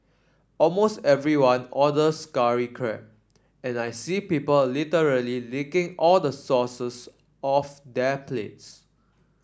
almost everyone orders curry crab and I see people literally licking all the off their plates